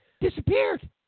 Disappeared